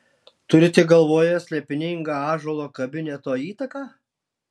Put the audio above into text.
turite galvoje slėpiningą ąžuolo kabineto įtaką